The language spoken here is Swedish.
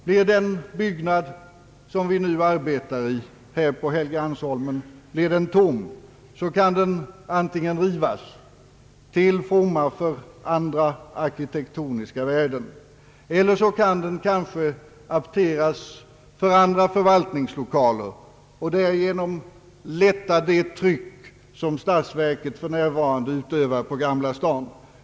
Om den byggnad vi nu arbetar i på Helgeandsholmen blir tom kan den antingen rivas till fromma för andra arkitektoniska värden eller kanske apteras för andra förvaltningslokaler och därigenom lätta det tryck som statsverket för närvarande utövar på Gamla stan.